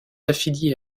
affiliée